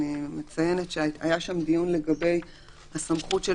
אני מציינת שהיה שם דיון לגבי הסמכות של